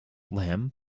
lamb